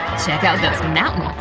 check out those mountains!